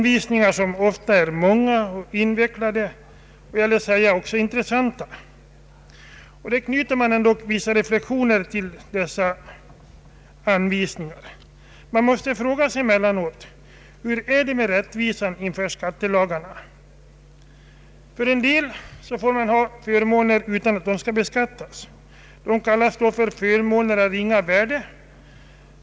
Dessa är ofta många och invecklade men också intressanta. Man kan inte låta bli att knyta vissa reflexioner till dessa anvisningar. Hur är det med rättvisan inför skattelagarna? Somliga människor har förmåner som inte behöver beskattas. Dessa kallas förmåner av ringa värde.